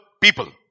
people